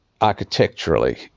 architecturally